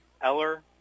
Eller